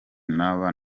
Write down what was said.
naba